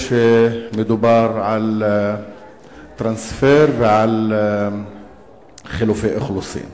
מדובר על טרנספר ועל חילופי אוכלוסין.